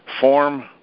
form